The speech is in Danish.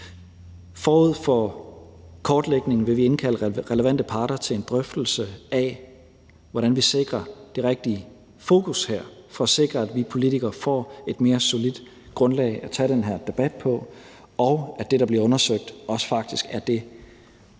Forud for kortlægningen vil vi indkalde relevante parter til en drøftelse af, hvordan vi sikrer det rigtige fokus her, for at sikre, at vi politikere får et mere solidt grundlag at tage den her debat på, og at det, der bliver undersøgt, også faktisk er det,